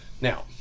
Now